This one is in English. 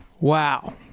wow